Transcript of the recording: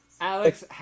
Alex